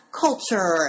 Culture